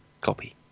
copy